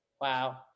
Wow